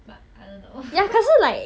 but I don't know